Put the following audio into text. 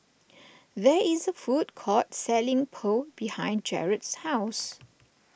there is food court selling Pho behind Jarad's house